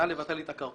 נא לבטל לי את הכרטיס,